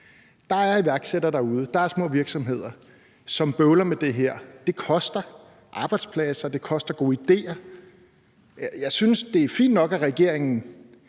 der er iværksættere og små virksomheder derude, som bøvler med det her. Det koster arbejdspladser, og det koster gode idéer. Jeg synes, det er fint nok, at regeringen